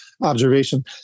observation